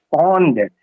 responded